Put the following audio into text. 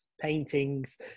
paintings